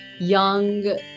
young